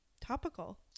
topical